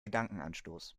gedankenanstoß